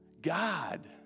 God